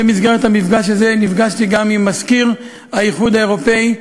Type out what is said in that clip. במסגרת המפגש הזה נפגשתי גם עם מזכיר האיחוד האירופי,